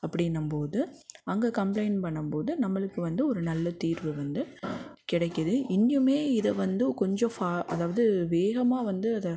அப்படின்னம் போது அங்கே கம்ப்ளைன்ட் பண்ணும் போது நம்மளுக்கு வந்து ஒரு நல்ல தீர்வு வந்து கிடைக்குது இங்கேயுமே இதை வந்து கொஞ்சம் ஃபா அதாவது வேகமாக வந்து அதை